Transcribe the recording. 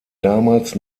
damals